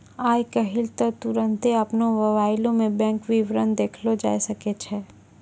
आइ काल्हि त तुरन्ते अपनो मोबाइलो मे बैंक विबरण देखलो जाय सकै छै